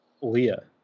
Leah